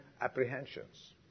apprehensions